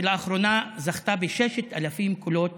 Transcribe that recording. שלאחרונה זכתה ב-6,000 קולות